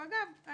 ואגב,